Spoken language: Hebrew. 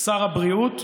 שר הבריאות,